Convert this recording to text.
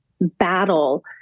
battle